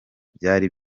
byari